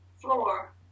floor